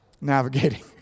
navigating